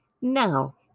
Now